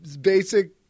basic